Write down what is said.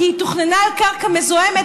כי היא תוכננה על קרקע מזוהמת,